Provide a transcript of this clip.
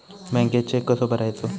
बँकेत चेक कसो भरायचो?